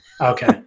okay